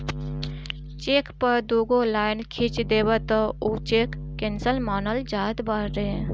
check पअ दुगो line खिंच देबअ तअ उ चेक केंसल मानल जात बाटे